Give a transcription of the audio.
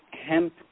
hemp